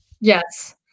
yes